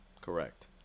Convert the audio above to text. Correct